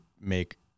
make